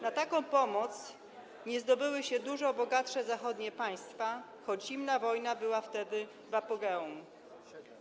Na taką pomoc nie zdobyły się dużo bogatsze zachodnie państwa, choć zimna wojna była wtedy w apogeum.